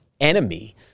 enemy